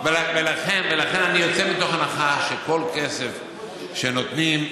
לכן אני יוצא מתוך הנחה שכל כסף שנותנים,